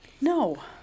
No